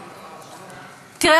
תראה,